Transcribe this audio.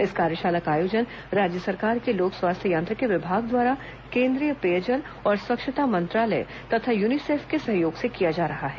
इस कार्यशाला का आयोजन राज्य सरकार के लोक स्वास्थ्य यांत्रिकी विभाग द्वारा केंद्रीय पेयजल और स्वच्छता मंत्रालय तथा यूनिसेफ के सहयोग से किया जा रहा है